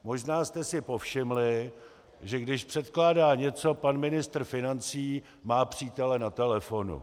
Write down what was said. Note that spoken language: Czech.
Možná jste si povšimli, že když předkládá něco pan ministr financí, má přítele na telefonu.